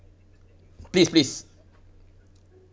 please please